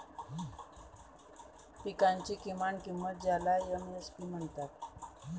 पिकांची किमान किंमत ज्याला एम.एस.पी म्हणतात